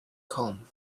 calm